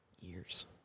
years